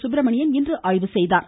சுப்பிரமணியன் இன்று ஆய்வு செய்தார்